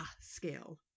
scale